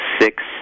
six